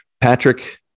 Patrick